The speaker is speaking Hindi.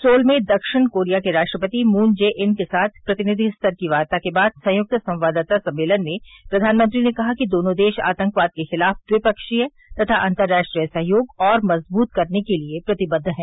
सोल में दक्षिण कोरिया के राष्ट्रपति मून जे ईन के साथ प्रतिनिधि स्तर की वार्ता के बाद संयुक्त संवाददाता सम्मेलन में प्रधानमंत्री ने कहा कि दोनों देश आतंकवाद के खिलाफ द्विपक्षीय तथा अंतर्राष्ट्रीय सहयोग और मजबूत करने के लिए प्रतिबद्ध हैं